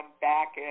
back